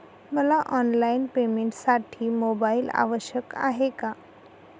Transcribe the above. मला ऑनलाईन पेमेंटसाठी मोबाईल आवश्यक आहे का?